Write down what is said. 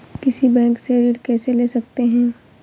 किसी बैंक से ऋण कैसे ले सकते हैं?